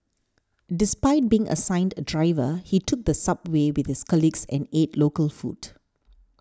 despite being assigned a driver he took the subway with his colleagues and ate local food